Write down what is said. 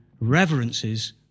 reverences